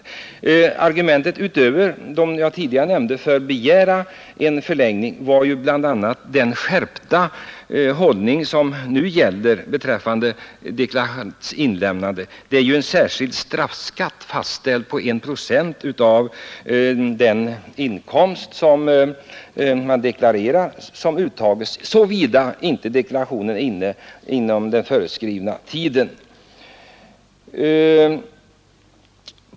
Ett argument utöver dem jag tidigare nämnde för att begära en förlängning var den skärpning som nu gäller beträffande inlämnande av deklaration. Nu är ju en särskild straffskatt fastställd på en procent av den taxerade inkomsten som uttas om inte deklarationen är lämnad inom den föreskrivna tiden.